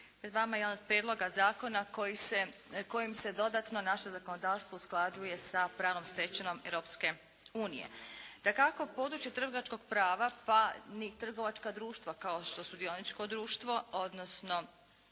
pred vama je jedan od prijedloga zakona koji se, kojem se dodatno naše zakonodavstvo usklađuje sa pravnom stečevinom Europske unije. Dakako područje trgovačkog prava pa ni trgovačka društva kao što su dioničko društvo, odnosno